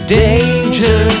danger